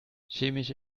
chemische